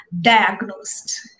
diagnosed